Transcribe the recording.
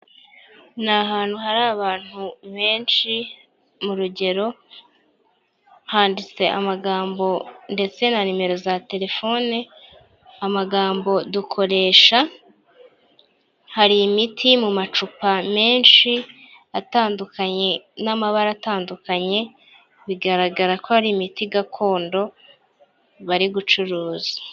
Ni ahantu hari abantu benshi mu rugero, handitse amagambo ndetse na nimero za telefone, amagambo dukoresha hari imiti mu macupa menshi atandukanye n'amabara atandukanye bigaragara ko ari imiti gakondo bari gucuruza.